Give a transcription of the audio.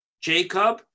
Jacob